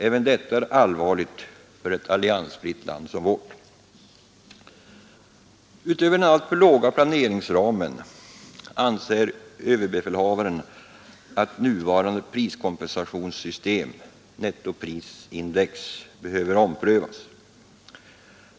Även detta är allvarligt för ett alliansfritt land som vårt. Utöver den alltför låga planeringsramen anser överbefälhavaren att nuvarande priskompensationssystem, nettoprisindex, behöver omprövas.